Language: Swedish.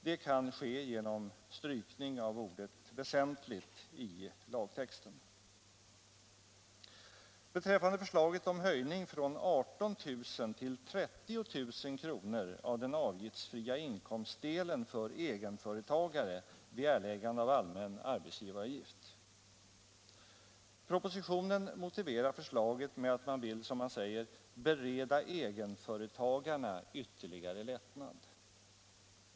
Det kan ske genom strykning av ordet ”väsentligt” i lagtexten. Beträffande förslaget om höjning från 18 000 till 30 000 kr. av den avgiftsfria inkomstdelen för egenföretagare vid erläggande av allmän arbetsgivaravgift: Propositionen motiverar förslaget med att man vill, som man säger, ”bereda egenföretagarna ytterligare lättnad”.